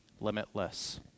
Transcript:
limitless